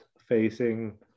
facing